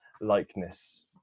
likeness